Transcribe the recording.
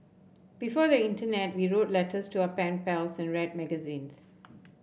before the internet we wrote letters to our pen pals and read magazines